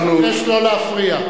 אני מבקש לא להפריע.